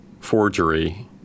forgery